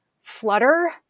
Flutter